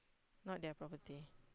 not their property